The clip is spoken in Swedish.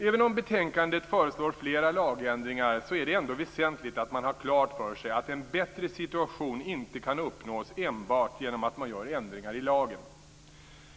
Även om man i betänkandet föreslår flera lagändringar är det ändå väsentligt att man har klart för sig att en bättre situation inte kan uppnås enbart genom att man gör ändringar i lagen.